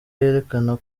yerekana